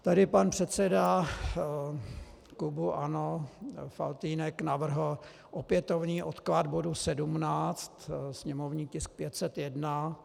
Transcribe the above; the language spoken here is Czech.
Tady pan předseda klubu ANO Faltýnek navrhl opětovný odklad bodu 17, sněmovní tisk 501.